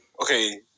okay